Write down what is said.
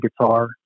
guitar